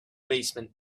basement